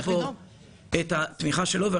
זה צריך לעבור גם את התמיכה שלו,